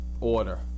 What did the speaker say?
order